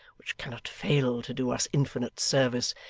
which cannot fail to do us infinite service,